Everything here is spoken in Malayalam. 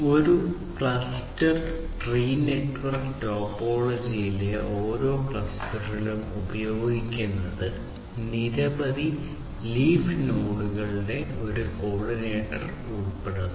ഒരു ക്ലസ്റ്റർ ട്രീ നെറ്റ്വർക്ക് ടോപ്പോളജിയിലെ ഓരോ ക്ലസ്റ്ററിലും ഉപയോഗിക്കുന്നത് നിരവധി ഇല നോഡുകളിലൂടെ ഒരു കോർഡിനേറ്റർ ഉൾപ്പെടുന്നു